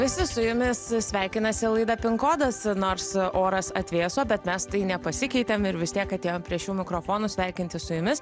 visi su jumis sveikinasi laida pinkodas nors oras atvėso bet mes tai nepasikeitėm ir vis tiek atėjom prie šių mikrofonų sveikintis su jumis